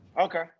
Okay